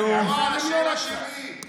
על השאלה שלי, אנחנו, לא נתתם לי.